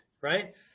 right